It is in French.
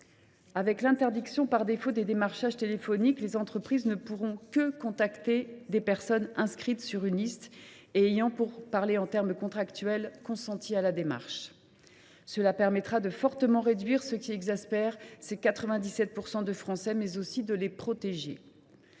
Avec l’interdiction par défaut des démarchages téléphoniques, les entreprises ne pourront contacter que des personnes inscrites sur une liste et ayant, pour parler en termes contractuels, consenti à la démarche. Cela permettra de fortement réduire ce qui exaspère, je le répète, 97 % de nos